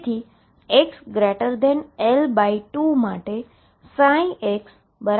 તેથી xL2 માટે xAe αx છે